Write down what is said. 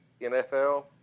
NFL